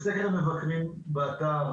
בסקר מבקרים באתר,